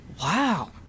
Wow